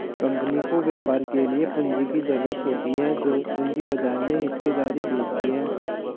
company को व्यापार के लिए पूंजी की ज़रूरत होती है जो पूंजी बाजार में हिस्सेदारी बेचती है